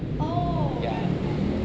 oh right right